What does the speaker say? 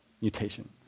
Mutation